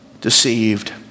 deceived